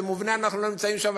במובנה אנחנו לא נמצאים שם,